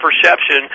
perception